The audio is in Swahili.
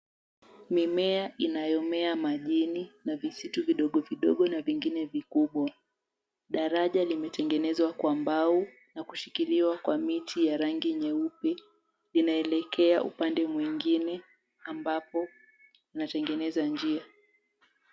Mimea inayomea majini na visitu vidogovidogo na vingine vikubwa. Daraja imetengenezwa kwa mbao na kushikiliwa kwa vijiti vya rangi nyeupe. Inaelekea upande mwingine ambap[o inatengeneza njia.